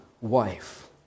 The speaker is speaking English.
wife